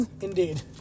Indeed